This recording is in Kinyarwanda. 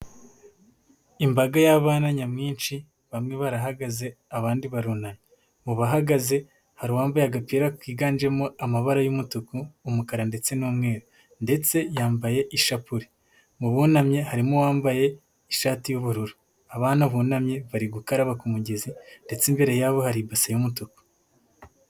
Imbaga y'abana nyamwinshi, bamwe barahagaze abandi barunamye, mu bahagaze hari uwambaye agapira kiganjemo amabara y'umutuku, umukara ndetse n'umweru ndetse yambaye ishapule, mu bunamye harimo uwambaye ishati y'ubururu, abana bunamye bari gukaraba ku kumugezi ndetse imbere yabo hari ibase y'umutuku.